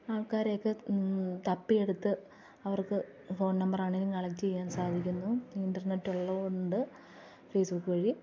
ആള്ക്കാരെയൊക്കെ തപ്പിയെടുത്ത് അവര്ക്ക് ഫോണ് നമ്പറാണെങ്കിലും കളക്ട് ചെയ്യാന് സാധിക്കുന്നു ഇന്റര്നെറ്റ് ഉള്ളതുകൊണ്ട് ഫേസ്ബുക്ക് വഴി